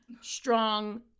strong